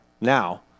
now